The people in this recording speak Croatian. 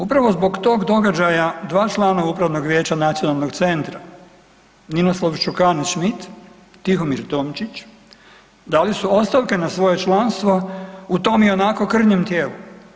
Upravo zbog tog događaja dva člana Upravnog vijeća Nacionalnog centra Ninoslav Šćukanec, Tihomir Tomčić dali su ostavke na svoje članstvo u tom i onako krnjem tijelu.